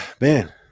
man